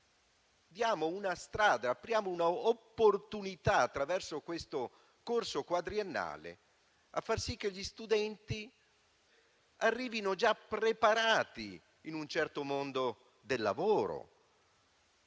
diamo una strada e apriamo un'opportunità, attraverso questo corso quadriennale, per far sì che gli studenti arrivino già preparati in un certo mondo del lavoro,